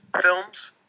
films